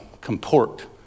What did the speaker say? comport